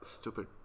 stupid